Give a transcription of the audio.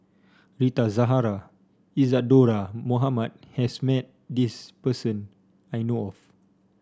Rita Zahara Isadhora Mohamed has met this person I know of